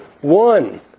one